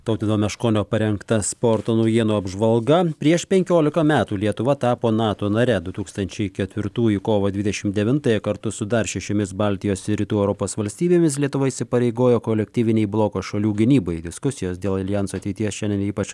tautvydo meškonio parengta sporto naujienų apžvalga prieš penkiolika metų lietuva tapo nato nare du tūkstančiai ketvirtųjų kovo dvidešimt devintąją kartu su dar šešiomis baltijos ir rytų europos valstybėmis lietuva įsipareigojo kolektyvinei bloko šalių gynybai diskusijos dėl aljanso ateities šiandien ypač